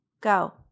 Go